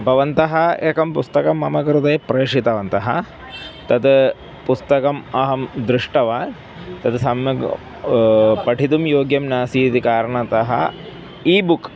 भवन्तः एकं पुस्तकं मम कृते प्रेषितवन्तः तत् पुस्तकम् अहं दृष्टवान् तत् सम्यक् पठितुं योग्यं नासीत् इति कारणात् ई बुक्